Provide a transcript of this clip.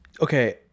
okay